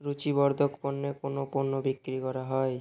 রূচিবর্ধক পণ্যে কোনও পণ্য বিক্রি করা হয়